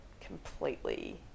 completely